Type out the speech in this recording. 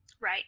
Right